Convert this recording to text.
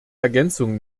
ergänzung